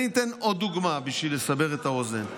אני אתן עוד דוגמה בשביל לסבר את האוזן.